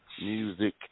music